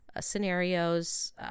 scenarios